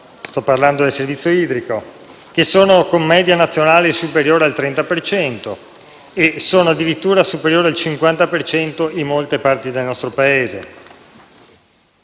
sto parlando del servizio idrico - che sono, in media nazionale, superiori al 30 per cento, ma addirittura superiori al 50 per cento in molte parti del nostro Paese.